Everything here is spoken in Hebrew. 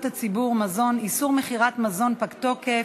הציבור (מזון) (איסור מכירת מזון פג תוקף),